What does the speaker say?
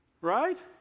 Right